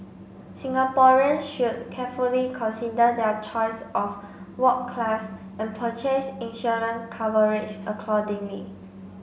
Singaporeans should carefully consider their choice of ward class and purchase insurance coverage accordingly